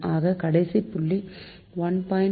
ஆக கடைசி புள்ளி 1